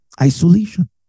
Isolation